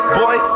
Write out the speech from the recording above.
boy